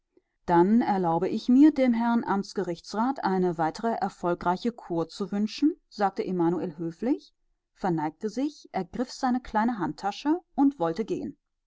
dann erlaube ich mir dem herrn amtsgerichtsrat eine weitere erfolgreiche kur zu wünschen sagte emanuel höflich verneigte sich ergriff seine kleine handtasche und wollte gehen